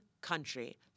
country